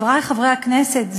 חברי חברי הכנסת,